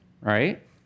right